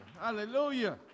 Hallelujah